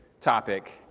topic